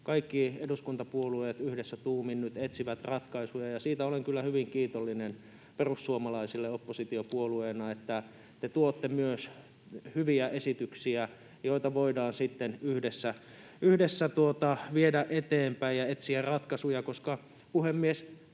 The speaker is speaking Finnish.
kaikki eduskuntapuolueet — yhdessä tuumin nyt etsii ratkaisuja, ja siitä olen kyllä hyvin kiitollinen perussuomalaisille oppositiopuolueena, että te tuotte myös hyviä esityksiä, joita voidaan sitten yhdessä viedä eteenpäin ja etsiä ratkaisuja,